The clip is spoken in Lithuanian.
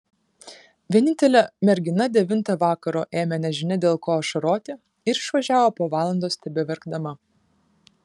vienintelė mergina devintą vakaro ėmė nežinia dėl ko ašaroti ir išvažiavo po valandos tebeverkdama